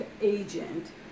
agent